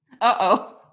Uh-oh